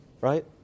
right